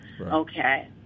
Okay